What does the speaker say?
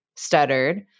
Stuttered